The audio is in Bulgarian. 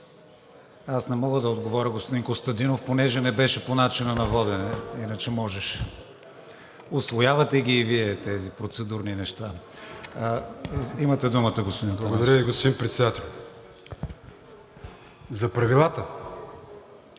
Аз не мога да Ви отговоря, господин Костадинов, понеже не беше по начина на водене, иначе можеше. Усвоявате ги и Вие тези процедурни неща. Имате думата, господин Атанасов. АТАНАС АТАНАСОВ (ДБ): Благодаря Ви, господин Председател. За правилата,